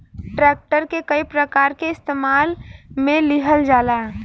tractor के कई प्रकार के इस्तेमाल मे लिहल जाला